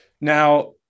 Now